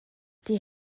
die